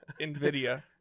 NVIDIA